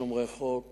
שומרי חוק,